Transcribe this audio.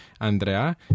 Andrea